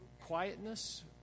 quietness